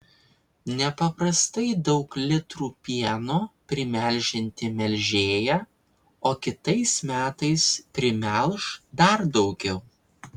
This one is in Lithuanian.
nepaprastai daug litrų pieno primelžianti melžėja o kitais metais primelš dar daugiau